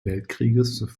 weltkrieges